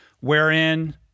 wherein